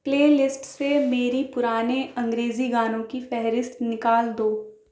پلے list سے میری پرانے انگریزی گانوں کی فہرست نکال دو